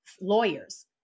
Lawyers